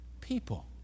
people